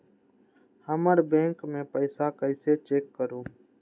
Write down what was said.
हमर बैंक में पईसा कईसे चेक करु?